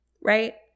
right